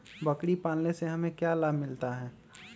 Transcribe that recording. बकरी पालने से हमें क्या लाभ मिलता है?